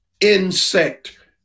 insect